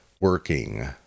working